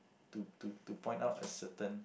to to to point out a certain